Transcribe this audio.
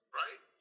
right